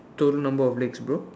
total number of legs bro